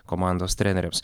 komandos treneriams